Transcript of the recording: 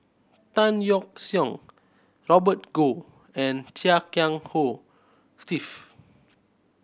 Tan Yeok Seong Robert Goh and Chia Kiah Hong Steve